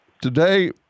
Today